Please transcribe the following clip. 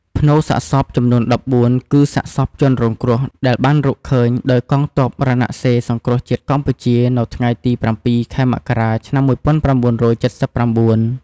ផ្នូរសាកសពចំនួន១៤ គឺសាកសពជនរងគ្រោះ ដែលបានរកឃើញដោយកងទ័ពរណសិរ្សសង្គ្រោះជាតិកម្ពុជា នៅថ្ងៃទី៧ ខែមករា ឆ្នាំ១៩៧៩។